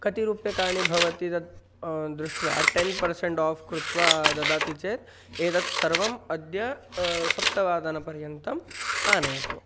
कति रूप्यकाणि भवति तत् दृष्ट्वा टेन् पर्सेण्ट् आफ़् कृत्वा ददाति चेत् एतत् सर्वम् अद्य सप्तवादनपर्यन्तम् आनयतु